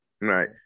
right